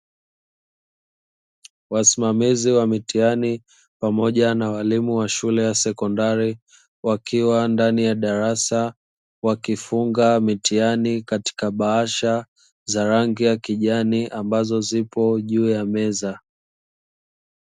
Wasimamizi wa mitihani pamoja na walimu wa shule ya sekondari wakiwa ndani ya darasa wakifunga mitihani katika bahasha za rangi ya kijani ambazo zipo juu ya meza.